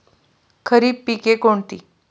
खरीप पिके कोणती?